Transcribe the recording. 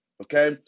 Okay